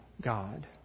God